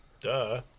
Duh